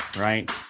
right